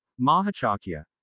Mahachakya